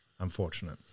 unfortunate